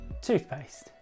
toothpaste